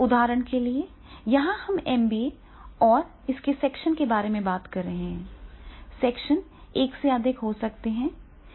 उदाहरण के लिए यहां हम एमबीए और इसके सेक्शन के बारे में बात कर रहे हैं सेक्शन एक से अधिक हो सकते हैं